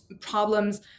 problems